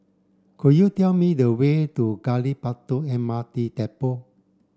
could you tell me the way to Gali Batu M R T Depot